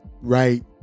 right